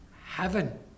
heaven